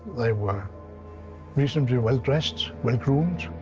they were reasonably well-dressed, well-groomed.